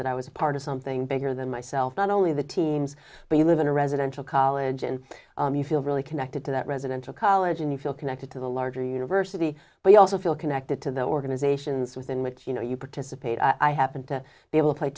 that i was part of something bigger than myself not only the teens but you live in a residential college and you feel really connected to that residential college and you feel connected to the larger university but you also feel connected to the organizations within which you know you participate i happened to be able to play